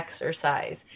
exercise